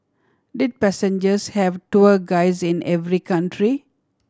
did passengers have tour guides in every country